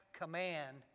command